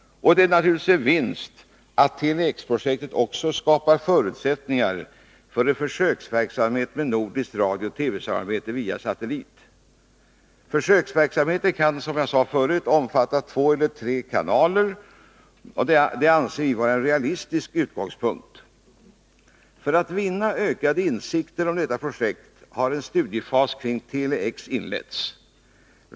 Naturligtvis är det en fördel att Tele-X-projektet också skapar förutsättningar för en försöksverksamhet med nordiskt radiooch TV-samarbete via satellit. Försöksverksamheten kan, som jag nyss sagt, omfatta två eller tre kanaler. Det anser vi vara en realistisk utgångspunkt. För att vinna ökade insikter om detta projekt har en studiefas kring Tele-X inletts.